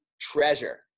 treasure